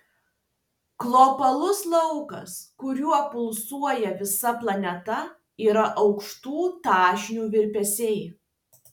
globalus laukas kuriuo pulsuoja visa planeta yra aukštų dažnių virpesiai